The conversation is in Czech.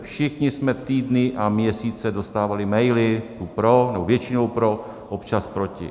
Všichni jsme týdny a měsíce dostávali maily, tu pro, nebo většinou pro, občas proti.